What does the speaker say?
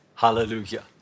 Hallelujah